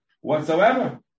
whatsoever